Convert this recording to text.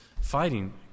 fighting